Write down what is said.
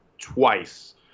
Twice